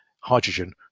hydrogen